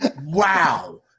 Wow